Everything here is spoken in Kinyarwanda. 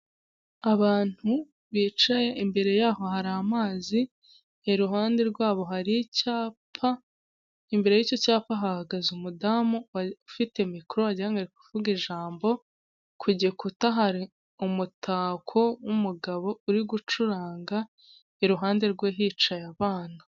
Abantu bicaye imbere yaho hari amazi, iruhande rwabo hari icyapa, imbere y'icyo cyapa hahagaze umudamu wari ufite mikoro wagirango ari kuvuga ijambo; ku gikuta hari umutako w'umugabo uri gucuranga iruhande rwe hicaye abana.